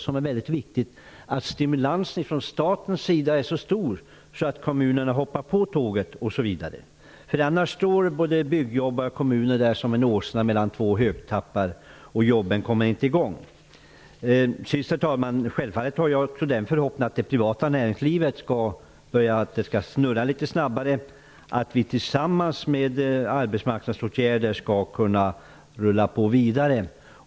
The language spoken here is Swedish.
Det är viktigt att stimulansen från statens sida är så stor att kommunerna hoppar på tåget, annars står både byggsektorn och kommunerna som en åsna mellan två hötappar, och jobben kommer inte i gång. Herr talman! Självfallet har jag förhoppningen att det privata näringslivet skall börja snurra litet snabbare. Det är också min förhoppning att vi tillsammans med arbetsmarknadsåtgärder skall kunna rulla på vidare.